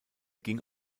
ging